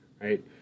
right